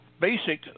basic